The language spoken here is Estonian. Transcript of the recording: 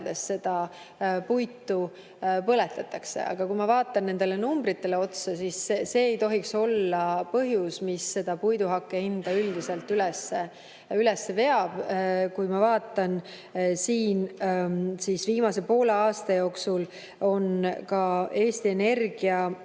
seda puitu põletatakse. Aga kui ma vaatan nendele numbritele otsa, siis [leian, et] see ei saa olla põhjus, mis puiduhakke hinda üldiselt üles veab. Ma vaatan, et viimase poole aasta jooksul on ka Eesti Energia